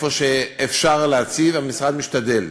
איפה שאפשר המשרד משתדל.